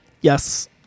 Yes